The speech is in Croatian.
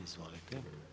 Izvolite.